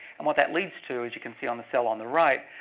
and what that leads to, as you can see on the cell on the right,